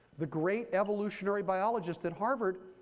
the great evolutionary biologist at harvard,